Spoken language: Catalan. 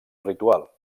ritual